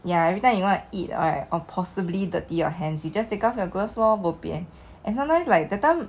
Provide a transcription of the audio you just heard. ya everytime you want to eat right or possibly dirty your hands you just take out your glove lor bo bian and sometimes like that time